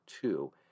two